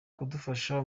kudufasha